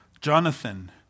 Jonathan